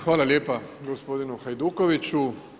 Hvala lijepa gospodinu Hajdukoviću.